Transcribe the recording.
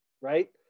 right